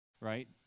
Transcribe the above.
right